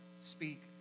speak